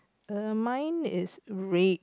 err mine is red